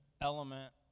element